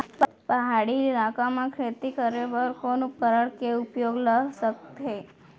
पहाड़ी इलाका म खेती करें बर कोन उपकरण के उपयोग ल सकथे?